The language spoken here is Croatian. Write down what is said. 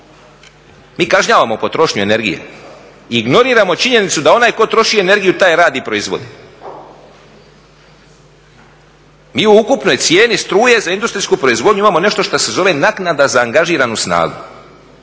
Mi kažnjavamo potrošnju energije i ignoriramo činjenicu da onaj tko troši energiju taj … proizvodi. Mi u ukupnoj cijeni struje za industrijsku proizvodnju imamo nešto što se zove naknada za angažiranu snagu